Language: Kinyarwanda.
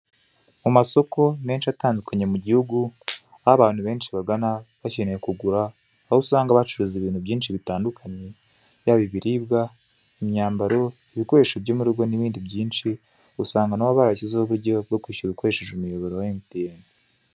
Amasoko menshi atandukanye mu gihugu aho abantu benshi bagana, bakeneye kugura aho usanga bacuruza ibintu byinshi bitandukanye yaba ibiribwa, imyambaro, ibikoresho byo mu rugo n'ibindi byinshi, usanga nabo barashyizeho uburyo bwo kwishyura ukoresheje umuyoboro wa MTN.